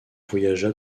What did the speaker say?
voyagea